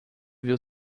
viu